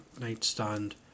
nightstand